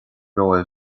romhaibh